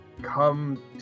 Come